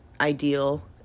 ideal